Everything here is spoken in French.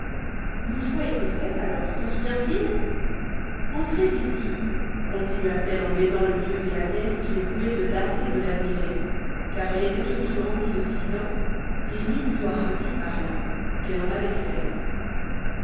mon choix était fait alors t'en souvient-il entrez ici continua-t-elle en baisant le vieux et la vieille qui ne pouvaient se lasser de l'admirer car elle était aussi grandie de six ans et l'histoire indique par là qu'elle en avait seize